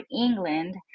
England